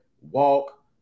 walk